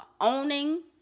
owning